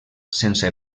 sense